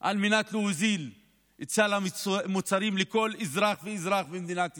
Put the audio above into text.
על מנת להוזיל את סל המוצרים לכל אזרח ואזרח במדינת ישראל,